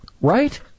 right